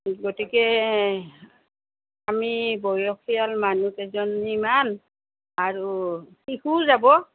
গতিকে আমি বয়সীয়াল মানুহ কেইজনীমান আৰু শিশুও যাব